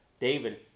David